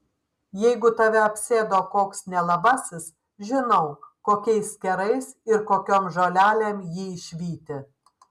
jeigu tave apsėdo koks nelabasis žinau kokiais kerais ir kokiom žolelėm jį išvyti